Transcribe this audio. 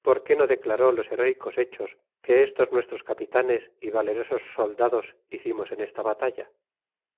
por qué no declaró los herecos hechos que estos nuestros capitanes y valerosos soldados hicimos en esta batalla